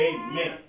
Amen